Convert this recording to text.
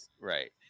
Right